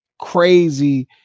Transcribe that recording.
crazy